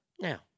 Now